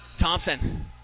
Thompson